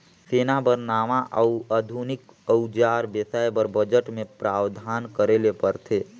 सेना बर नावां अउ आधुनिक अउजार बेसाए बर बजट मे प्रावधान करे ले परथे